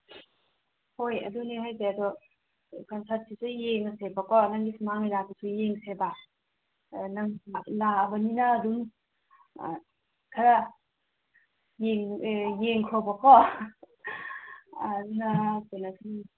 ꯍꯣꯏ ꯑꯗꯨꯅꯦ ꯍꯥꯏꯔꯤꯁꯦ ꯑꯗꯣ ꯀꯟꯁꯠꯁꯤꯁꯨ ꯌꯦꯡꯉꯁꯦꯕꯀꯣ ꯅꯪꯒꯤ ꯁꯨꯃꯥꯡ ꯂꯤꯂꯥꯗꯨꯁꯨ ꯌꯦꯡꯁꯦꯕ ꯑꯗꯨꯗ ꯅꯪ ꯂꯥꯛꯑꯕꯅꯤꯅ ꯑꯗꯨꯝ ꯈꯔ ꯌꯦꯡꯈꯣꯕꯀꯣ ꯑꯗꯨꯅ ꯀꯩꯅꯣꯁꯤ